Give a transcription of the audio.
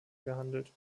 gehandelt